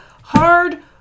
hard